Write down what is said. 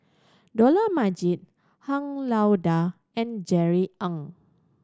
Dollah Majid Han Lao Da and Jerry Ng